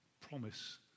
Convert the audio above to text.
promise